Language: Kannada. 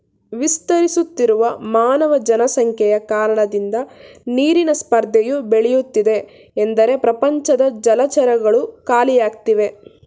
ವಿಸ್ತರಿಸುತ್ತಿರುವ ಮಾನವ ಜನಸಂಖ್ಯೆಯ ಕಾರಣದಿಂದ ನೀರಿನ ಸ್ಪರ್ಧೆಯು ಬೆಳೆಯುತ್ತಿದೆ ಎಂದರೆ ಪ್ರಪಂಚದ ಜಲಚರಗಳು ಖಾಲಿಯಾಗ್ತಿವೆ